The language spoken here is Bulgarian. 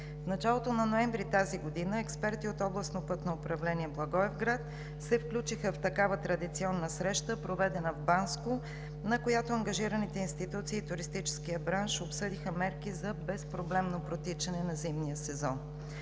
В началото на месец ноември тази година експерти от Областно пътно управление – Благоевград, се включиха в такава традиционна среща, проведена в Банско, на която ангажираните институции в туристическия бранш обсъдиха мерки за безпроблемното протичане на зимния сезон.